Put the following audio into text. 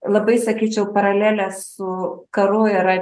labai sakyčiau paralelės su karu yra